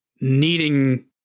needing